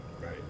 right